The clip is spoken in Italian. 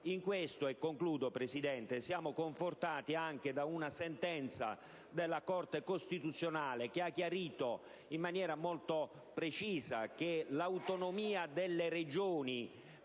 In questo, signor Presidente, siamo confortati anche da una sentenza della Corte costituzionale che ha chiarito in maniera molto precisa che la posizione